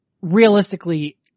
realistically